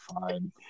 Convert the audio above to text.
Fine